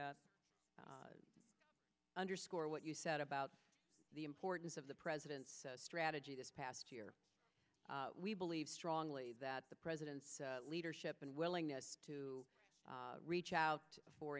me underscore what you said about the importance of the president's strategy this past year we believe strongly that the president's leadership and willingness to reach out for